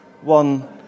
one